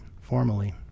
formally